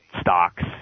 stocks